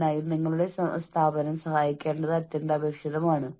അതിനാൽ അനിശ്ചിതത്വവും പ്രാധാന്യവും സമ്മർദ്ദത്തിന്റെ വളരെ പ്രധാനപ്പെട്ട ഘടകങ്ങളാണ്